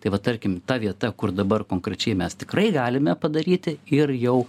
tai vat tarkim ta vieta kur dabar konkrečiai mes tikrai galime padaryti ir jau